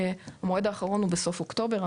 המועד האחרון הוא בסוף אוקטובר,